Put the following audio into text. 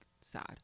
sad